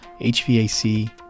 HVAC